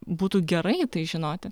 būtų gerai tai žinoti